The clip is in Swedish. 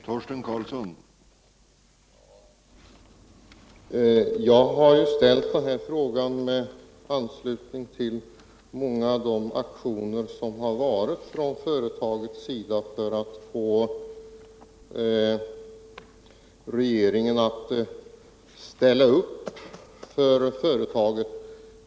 Herr talman! Jag har ställt den här frågan i anslutning till många av de aktioner som förekommit från företagets sida för att få regeringen att ställa upp för företaget.